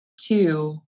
two